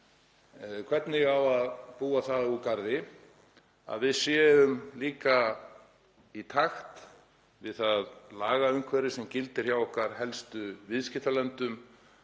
hvernig á að búa það úr garði,